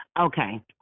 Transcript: Okay